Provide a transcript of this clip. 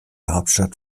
hauptstadt